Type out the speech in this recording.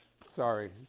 Sorry